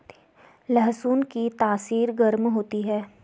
लहसुन की तासीर गर्म होती है